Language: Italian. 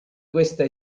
questa